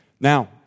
Now